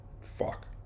fuck